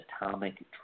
atomic